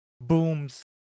booms